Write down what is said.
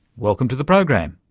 welcome to the program.